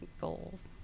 goals